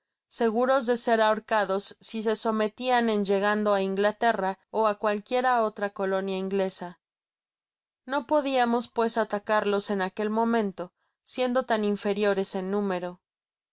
seguros de ser ahorcados si se sometian en llegando á inglaterra ó á cualquiera otra colonia inglesa no podiamos pues atacarlos en aquel momento siendo tan inferiores en número